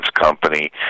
company